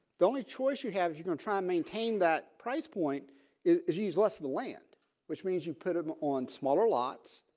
the only choice you have is you can try and maintain that price point if you use less the land which means you put him on smaller lots.